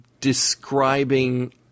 describing